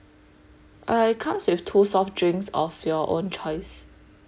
uh it comes with two soft drinks of your own choice